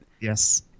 Yes